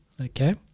Okay